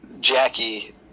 Jackie